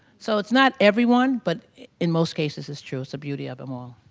so it's not everyone but in most cases it's true, it's the beauty of them all.